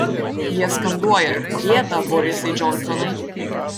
jie skanduoja gėda borisai džonsonai